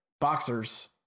boxers